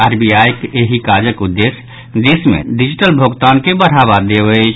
आरबीआईक एहि काजक उद्देश्य देश मे डिजिटल भोगतान के बढ़ावा देब अछि